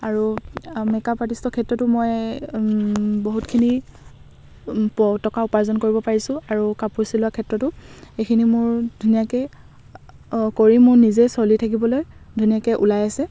আৰু মেকআপ আৰ্টিষ্টৰ ক্ষেত্ৰতো মই বহুতখিনি প টকা উপাৰ্জন কৰিব পাৰিছো আৰু কাপোৰ চিলোৱাৰ ক্ষেত্ৰতো এইখিনি মোৰ ধুনীয়াকৈ কৰি মোৰ নিজে চলি থাকিবলৈ ধুনীয়াকৈ ওলাই আছে